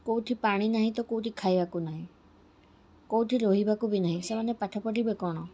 କୋଉଠି ପାଣି ନାହିଁ ତ କୋଉଠି ଖାଇବାକୁ ନାହିଁ କୋଉଠି ରହିବାକୁ ବି ନାହିଁ ସେମାନେ ପାଠ ପଢ଼ିବେ କଣ